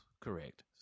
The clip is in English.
correct